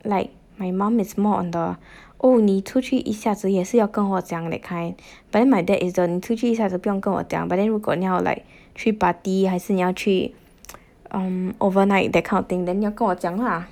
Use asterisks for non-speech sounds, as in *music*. like my mum is more on the oh 你出去一下子也是要跟我讲 that kind but then my dad isn't 你出去一下子不用跟我讲 but then 如果你要 like 去 party 还是你要去 *noise* um overnight that kind of thing then 要跟我讲 lah